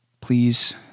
Please